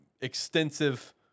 extensive